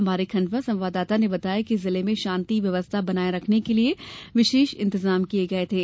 हमारे खंडवा संवाददाता ने बताया है कि जिले में शांति व्यवस्था बनाये रखने के लिए विशेष इंतजाम किये गये थे